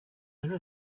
owner